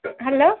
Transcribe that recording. hello